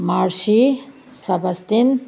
ꯃꯥꯔꯁꯤ ꯁꯕꯥꯁꯇꯤꯟ